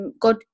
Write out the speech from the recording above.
god